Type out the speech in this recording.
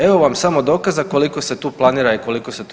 Evo vam samo dokaza koliko se tu planira i koliko se tu